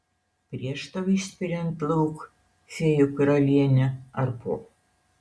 prieš tau išspiriant lauk fėjų karalienę ar po